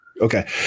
okay